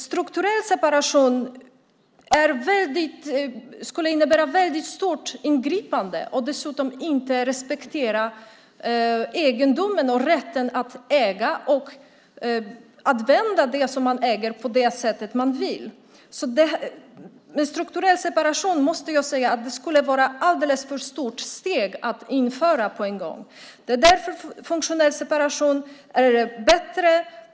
Strukturell separation skulle innebära ett väldigt stort ingripande och dessutom inte respektera egendom, rätten att äga och använda det man äger på det sätt man vill. Jag måste säga att det skulle vara ett alldeles för stort steg att införa strukturell separation på en gång. Därför är funktionell separation bättre.